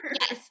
Yes